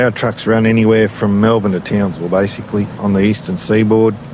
and trucks run anywhere from melbourne to townsville basically on the eastern seaboard.